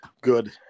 good